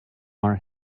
our